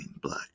black